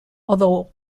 though